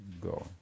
go